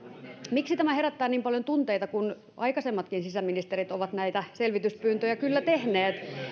miksi tämä herättää niin paljon tunteita kun aikaisemmatkin sisäministerit ovat näitä selvityspyyntöjä kyllä tehneet